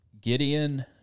Gideon